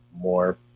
more